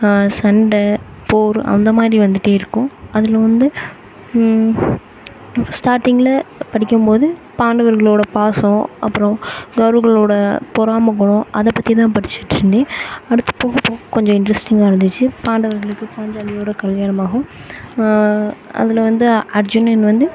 சண்டை போர் அந்தமாதிரி வந்துகிட்டே இருக்கும் அதில் வந்து ஸ்டார்டிங்கில் படிக்கும்போது பாண்டவர்களோடய பாசம் அப்புறம் கௌரவர்களோடய பொறாமை குணம் அதை பற்றிதான் படிச்சிட்டிருந்தேன் அடுத்து போக போக கொஞ்சம் இன்ட்ரஸ்ட்டிங்காக இருந்துச்சு பாண்டவர்களுக்கு பாஞ்சாலியோடு கல்யாணமாகும் அதில் வந்து அர்ஜுனன் வந்து